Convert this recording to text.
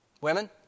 Women